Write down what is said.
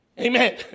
Amen